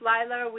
Lila